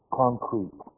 concrete